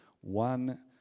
One